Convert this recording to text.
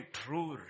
true